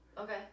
Okay